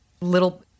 little